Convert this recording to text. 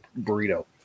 burrito